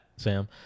Sam